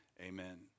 amen